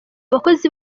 abakozi